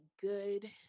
good